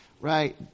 right